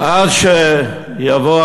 עד שיבוא